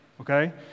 Okay